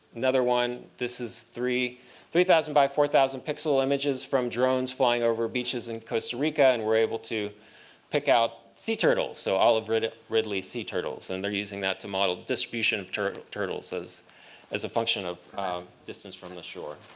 another one. this is three three thousand by four thousand pixel images from drones flying over beaches in costa rica, and we're able to pick out sea turtles so olive ridley ridley sea turtles. and they're using that to model distribution of turtles as as a function of distance from the shore.